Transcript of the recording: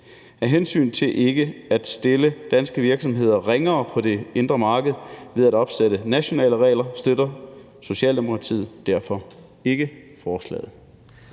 Af hensyn til ikke at stille danske virksomheder ringere på det indre marked ved at opsætte nationale regler støtter Socialdemokratiet derfor ikke forslaget.